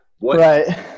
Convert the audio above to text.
Right